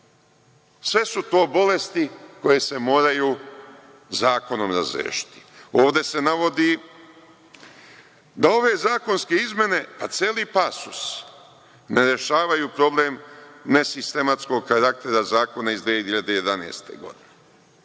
su to bolesti koje se moraju zakonom razrešiti. Ovde se navodi da ove zakonske izmene, pa celi pasus, ne rešavaju problem nesistematskog karaktera zakona iz 2011. godine.